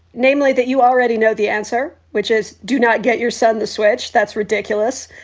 namely that you already know the answer, which is do not get your son the switch. that's ridiculous.